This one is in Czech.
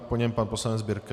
Po něm pak pan poslanec Birke.